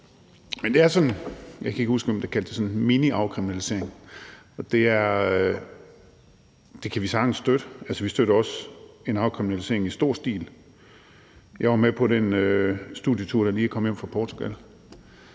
kaldt sådan en miniafkriminalisering, og det kan vi sagtens støtte. Vi støtter også en afkriminalisering i stor stil. Jeg var med på den studietur og er lige kommet hjem fra Portugal.